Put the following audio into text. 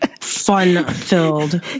fun-filled